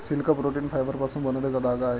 silk protein फायबरपासून बनलेला धागा आहे